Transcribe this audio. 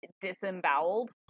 disemboweled